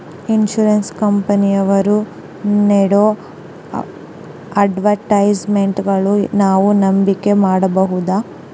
Insurance ಕಂಪನಿಯವರು ನೇಡೋ ಅಡ್ವರ್ಟೈಸ್ಮೆಂಟ್ಗಳನ್ನು ನಾವು ನಂಬಿಕೆ ಮಾಡಬಹುದ್ರಿ?